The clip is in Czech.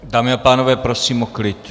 Dámy a pánové, prosím o klid.